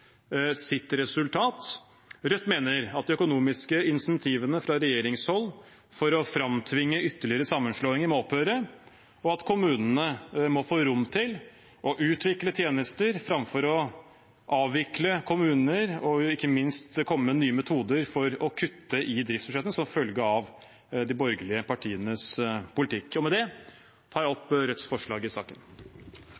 sitt resultat. Rødt mener at de økonomiske insentivene fra regjeringshold for å framtvinge ytterligere sammenslåinger må opphøre, og at kommunene må få rom til å utvikle tjenester framfor å avvikle kommuner og ikke minst komme med nye metoder for å kutte i driftsbudsjettene som følge av de borgerlige partienes politikk. Med dette tar jeg